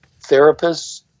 therapists